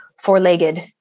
four-legged